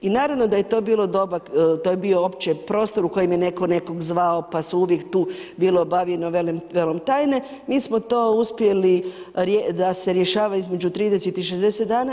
I naravno da je to bilo doba, to je bio opći prostor u kojem je netko nekog zvao pa su uvijek tu bilo obavijeno velom tajne, mi smo to uspjeli da se rješava između 30 i 60 dana.